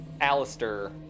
Alistair